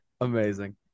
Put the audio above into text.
Amazing